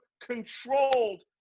controlled